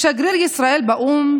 "שגריר ישראל באו"ם,